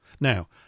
Now